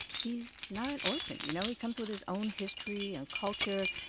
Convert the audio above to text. he's not an orphan, you know. he comes with his own history and culture.